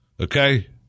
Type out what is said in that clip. Okay